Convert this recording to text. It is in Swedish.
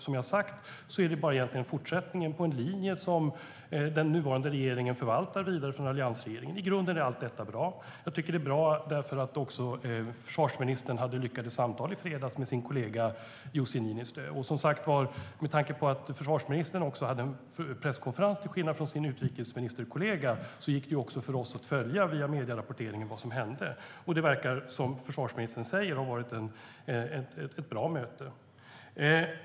Som jag har sagt är det egentligen bara en fortsättning på en linje som den nuvarande regeringen förvaltar från alliansregeringen. I grunden är allt detta bra. Det är också bra att försvarsministern hade lyckade samtal med sin kollega Jussi Niinistö i fredags. Med tanke på att försvarsministern hade en presskonferens, till skillnad från sin utrikesministerkollega, kunde vi också följa vad som hände via medierapporteringen. Det verkar, som försvarsministern säger, ha varit ett bra möte.